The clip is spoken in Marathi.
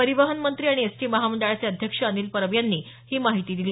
परिवहन मंत्री आणि एसटी महामंडळाचे अध्यक्ष अनिल परब यांनी ही माहिती दिली